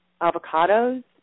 Avocados